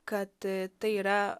kad tai yra